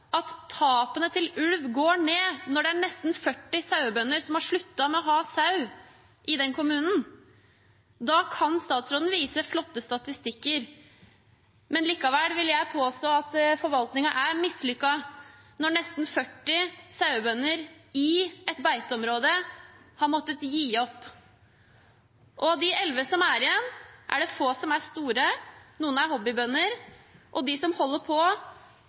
at tapene til ulv går ned når det er nesten 40 sauebønder som har sluttet å ha sau i den kommunen. Da kan statsråden vise flotte statistikker, men likevel vil jeg påstå at forvaltningen er mislykket når nesten 40 sauebønder i et beiteområde har måttet gi opp. Av de 11 som er igjen, er det få som er store, noen er hobbybønder, og de som holder på,